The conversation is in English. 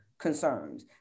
concerns